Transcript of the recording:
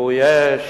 כיבוי אש,